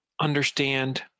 understand